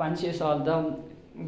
पंज छे साल दा